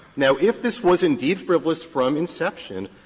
now, if this was indeed frivolous from inception,